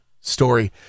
story